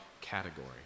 category